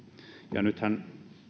ja nythän väkivalta